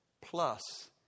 plus